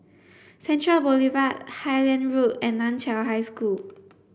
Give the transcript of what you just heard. Central Boulevard Highland Road and Nan Chiau High School